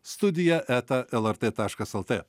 studija eta lrt taškas lt